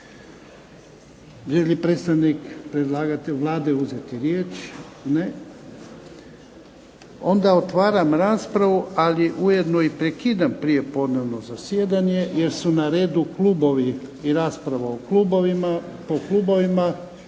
Želi li predstavnik predlagatelja Vlade uzeti riječ? Ne. Onda otvaram raspravu, ali ujedno i prekidam prijepodnevno zasjedanje jer su na redu klubovi i rasprava po klubovima.